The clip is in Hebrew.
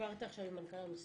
דיברת עכשיו עם מנכ"ל המשרד?